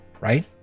right